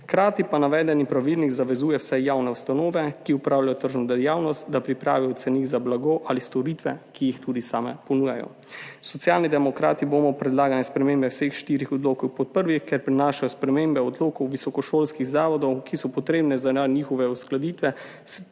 Hkrati pa navedeni pravilnik zavezuje vse javne ustanove, ki opravljajo tržno dejavnost, da pripravijo cenik za blago ali storitve, ki jih tudi same ponujajo. Socialni demokrati bomo predlagane spremembe vseh štirih odlokov podprli, ker prinašajo spremembe odlokov visokošolskih zavodov, ki so potrebne zaradi njihove uskladitve